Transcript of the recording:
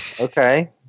okay